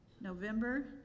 November